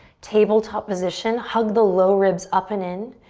tabletop position. hug the low ribs up and in.